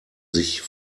sich